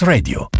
Radio